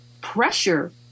pressure